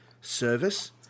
service